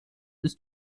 ist